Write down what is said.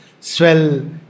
swell